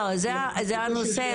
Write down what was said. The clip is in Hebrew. זה הנושא,